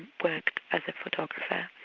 worked as a photographer.